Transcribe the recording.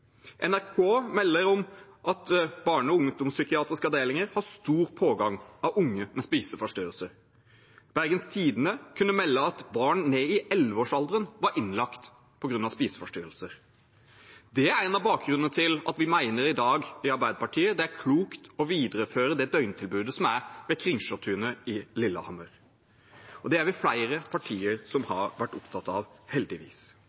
NRK melder at barne- og ungdomspsykiatriske avdelinger har stor pågang av unge med spiseforstyrrelser. Bergens Tidende kunne melde at barn ned i elleveårsalderen var innlagt på grunn av spiseforstyrrelser. Det er en av grunnene til at vi i Arbeiderpartiet i dag mener det er klokt å videreføre det døgntilbudet som er ved Kringsjåtunet i Lillehammer. Og det er det flere partier som har vært opptatt av – heldigvis.